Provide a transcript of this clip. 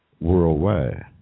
worldwide